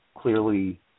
clearly